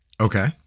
Okay